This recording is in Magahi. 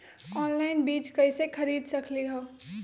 ऑनलाइन बीज कईसे खरीद सकली ह?